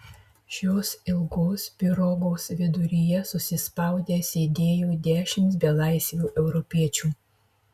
šios ilgos pirogos viduryje susispaudę sėdėjo dešimt belaisvių europiečių